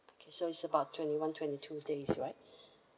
okay so it's about twenty one twenty two days all right